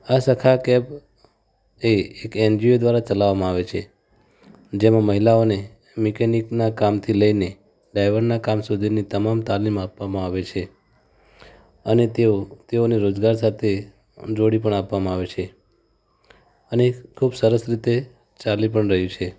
આ સખા કૅબ એ એક એન જી ઓ દ્વારા ચલાવવામાં આવે છે જેમાં મહિલાઓને મેકૅનિકનાં કામથી લઈને ડ્રાઈવરનાં કામ સુધીની તમામ તાલીમ આપવામાં આવે છે અને તેઓ તેઓને રોજગાર સાથે જોડી પણ આપવામાં આવે છે અને ખૂબ સરસ રીતે ચાલી પણ રહી છે